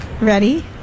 Ready